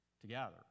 Together